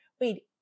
wait